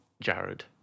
Jared